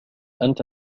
أنت